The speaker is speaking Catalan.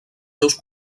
seus